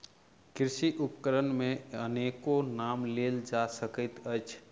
कृषि उपकरण मे अनेको नाम लेल जा सकैत अछि